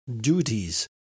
duties